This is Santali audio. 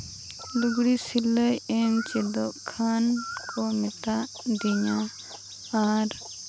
ᱞᱩᱜᱽᱲᱤ ᱥᱤᱞᱟᱹᱭ ᱪᱮᱫᱚᱜ ᱠᱷᱟᱱ ᱠᱚᱱᱴᱟᱠᱴ ᱫᱤᱧᱟ ᱟᱨ